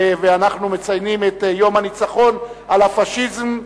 ואנחנו מציינים את יום הניצחון על הפאשיזם,